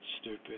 stupid